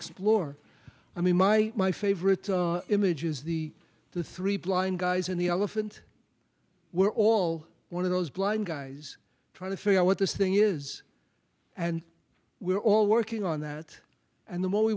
explore i mean my my favorite images the the three blind guys and the elephant were all one of those blind guys trying to figure out what this thing is and we're all working on that and the more we